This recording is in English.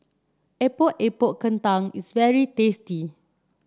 Epok Epok Kentang is very tasty